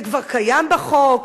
זה כבר קיים בחוק,